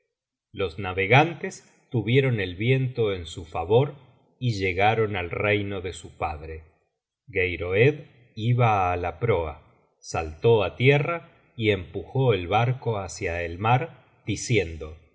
los navegantes tuvieron el viento en su favor y llegaron al reino de su padre geiroed iba á la proa saltó á tierra y empujó el barco hácia el mar diciendo